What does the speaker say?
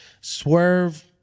Swerve